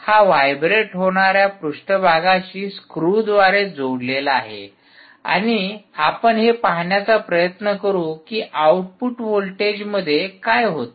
हा व्हायब्रेट होणाऱ्या पृष्ठभागाशी स्क्रूद्वारे जोडलेला आहे आणि आपण हे पाहण्याचा प्रयत्न करू कि आउटपुट व्होल्टेज मध्ये काय होत